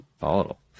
volatile